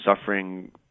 suffering